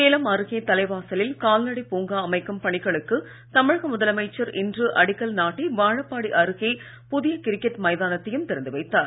சேலம் அருகே தலைவாசலில் கால்நடை பூங்கா அமைக்கும் பணிகளுக்கு தமிழக முதலமைச்சர் இன்று அடிக்கல் நாட்டி வாழப்பாடி அருகே புதிய கிரிக்கெட் மைதானத்தையும் திறந்து வைத்தார்